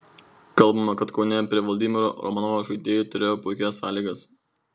kalbama kad kaune prie vladimiro romanovo žaidėjai turėjo puikias sąlygas